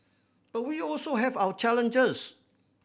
but we also have our challenges